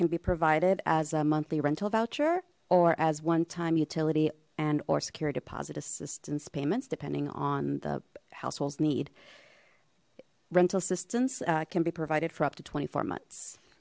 can be provided as a monthly rental voucher or as one time utility andor security deposit assistance payments depending on the households need rental assistance can be provided for up to twenty four months